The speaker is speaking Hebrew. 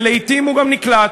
ולעתים הוא גם נקלט,